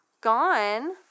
gone